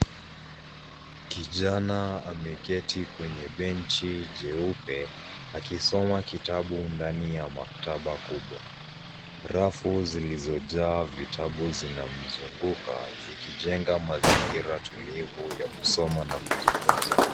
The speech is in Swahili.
Kijana ameketi kwenye bench jeupe akisoma kitabu ndani ya maktaba kubwa. Rafu zilizojaa vitabu vinamzunguka vikijenga mazingira tulivu ya kusoma na kujifunza.